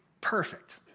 perfect